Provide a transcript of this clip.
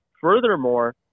furthermore